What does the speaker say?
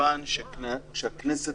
מכיוון שהכנסת